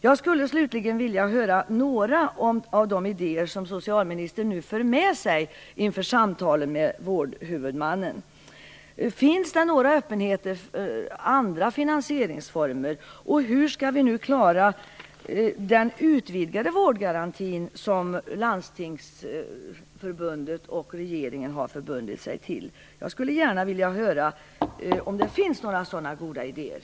Jag skulle slutligen vilja höra några av de idéer som socialministern för med sig inför samtalen med vårdhuvudmannen. Finns det någon öppenhet för andra finansieringsformer? Hur skall vi klara den utvidgade vårdgaranti som Landstingsförbundet och regeringen har förbundit sig till? Jag skulle gärna vilja höra om det finns några sådana goda idéer.